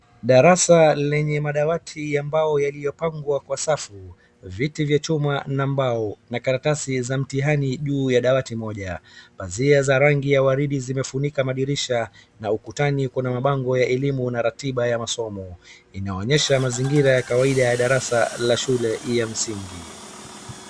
Darasa lenye madawati ambao yaliyopangwa kwa safu, viti vya chuma na mbao, na karatasi za mtihani juu ya dawati moja. Pazia za rangi ya waridi zimefunika madirisha na ukutani kuna mabango ya elimu na ratiba ya masomo. Inaonyesha mazingira ya kawaida ya darasa la shule ya msingi.